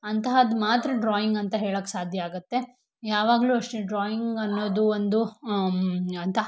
ಅಂತಹದ್ದು ಮಾತ್ರ ಡ್ರಾಯಿಂಗ್ ಅಂತ ಹೇಳಕ್ಕೆ ಸಾಧ್ಯ ಆಗತ್ತೆ ಯಾವಾಗಲೂ ಅಷ್ಟೆ ಡ್ರಾಯಿಂಗ್ ಅನ್ನೋದು ಒಂದು ಅಂಥ